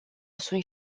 sunt